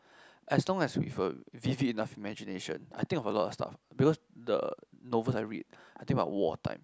as long as you have a vivid enough imagination I think of a lot of stuff because the novels I read I think about war time